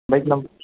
bike number